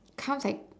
comes like